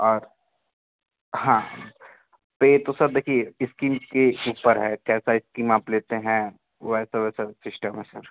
और हाँ तो ये तो सर देखिए इस्कीम के ऊपर है कैसा इस्कीम आप लेते हैं वैसा वैसा सिस्टम है सर